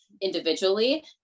individually